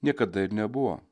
niekada ir nebuvo